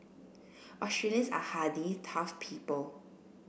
Australians are hardy tough people